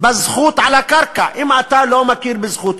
בזכות על הקרקע, אם אתה לא מכיר בזכות.